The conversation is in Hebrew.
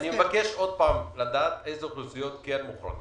אני מבקש שוב לדעת איזה אוכלוסיות מוחרגות.